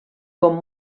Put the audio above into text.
com